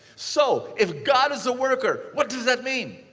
so if god is a worker, what does that mean?